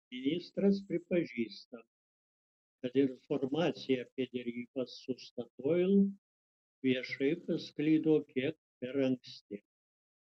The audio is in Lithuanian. ministras pripažįsta kad informacija apie derybas su statoil viešai pasklido kiek per anksti